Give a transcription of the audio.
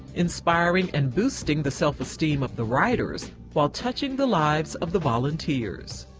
inspiring and boosting the self-esteem of the writers while touching the lives of the volunteers.